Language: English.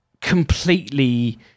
completely